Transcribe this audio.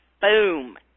boom